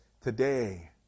today